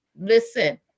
listen